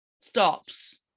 stops